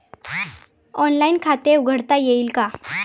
Online खाते उघडता येईल का?